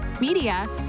media